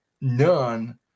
none